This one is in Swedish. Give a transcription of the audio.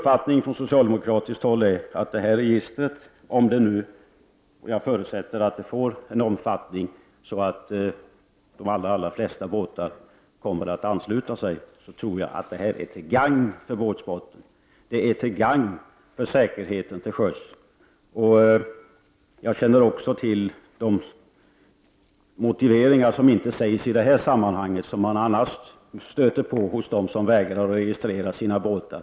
Från socialdemokratiskt håll är det vår uppfattning att detta register — jag förutsätter nu att det får en sådan omfattning att de allra flesta båtar ansluter sig — är till gagn för båtsporten. Det är till gagn för säkerheten till sjöss. Jag känner också till de motiveringar som inte nämns i det här sammanhanget men som man annars stöter på hos dem som vägrar att registrera sina båtar.